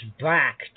back